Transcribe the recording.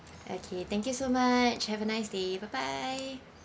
okay thank you so much have a nice day bye bye